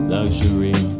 Luxury